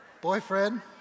boyfriend